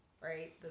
right